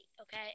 okay